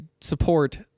support